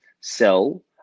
sell